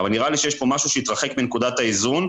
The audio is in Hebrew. אבל נראה לי שיש פה משהו שהתרחק מנקודת האיזון.